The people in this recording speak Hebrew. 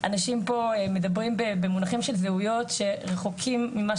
אנשים פה מדברים במונחים של זהויות שרחוקים ממה